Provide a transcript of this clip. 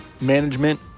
management